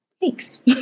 Thanks